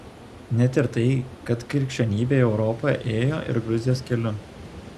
net ir tai kad krikščionybė į europą ėjo ir gruzijos keliu